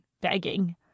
begging